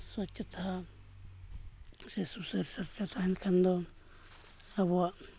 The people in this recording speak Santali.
ᱥᱚᱪᱪᱷᱚᱛᱟ ᱥᱮ ᱥᱩᱥᱟᱹᱨ ᱥᱟᱨᱪᱷᱟ ᱛᱟᱦᱮᱱ ᱠᱷᱟᱱ ᱫᱚ ᱟᱵᱚᱣᱟᱜ